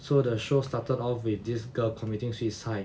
so the show started off with this girl committing suicide